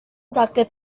sakit